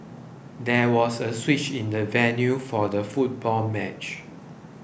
there was a switch in the venue for the football match